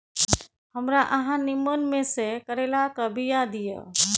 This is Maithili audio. हमरा अहाँ नीमन में से करैलाक बीया दिय?